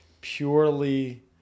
purely